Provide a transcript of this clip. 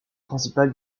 principale